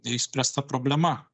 neišspręsta problema